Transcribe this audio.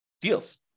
deals